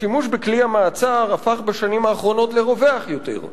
השימוש בכלי המעצר הפך בשנים האחרונות לרווח יותר.